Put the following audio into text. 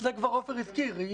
זה כבר עופר הזכיר.